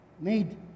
made